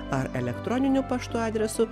ar elektroniniu paštu adresu